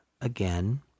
again